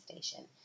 station